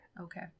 Okay